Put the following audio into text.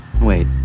Wait